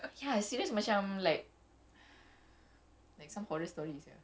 ya serious macam like like some horror story is here